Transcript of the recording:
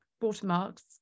watermarks